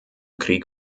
krieg